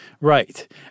Right